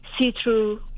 see-through